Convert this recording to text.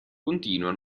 continua